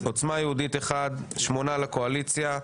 עוצמה יהודית אחד, שמונה לקואליציה.